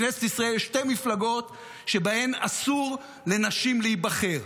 בכנסת ישראל יש שתי מפלגות שבהן אסור לנשים להיבחר.